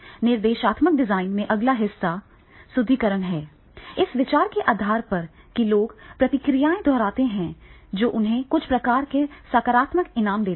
निर्देशात्मक डिजाइन में अगला हिस्सा सुदृढीकरण है इस विचार के आधार पर कि लोग प्रतिक्रियाएं दोहराते हैं जो उन्हें कुछ प्रकार के सकारात्मक इनाम देते हैं